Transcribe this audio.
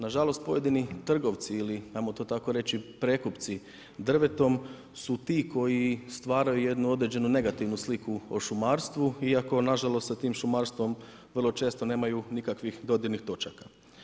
Nažalost pojedini trgovci ili ajmo to tako reći, prekupci drvetom su ti koji stvaraju jednu određenu negativnu sliku o šumarsku iako nažalost sa tim šumarstvom vrlo često nemaju nikakvih dodirnih točaka.